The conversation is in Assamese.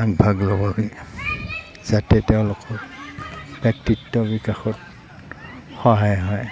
আগভাগ লাগে যাতে তেওঁলোকৰ ব্যক্তিত্ব বিকাশত সহায় হয়